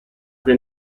che